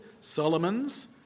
Solomon's